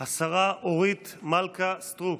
ההצהרה) השרה אורית מלכה סטרוק.